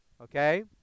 okay